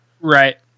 right